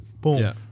Boom